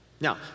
Now